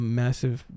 massive